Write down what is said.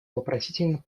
вопросительно